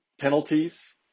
penalties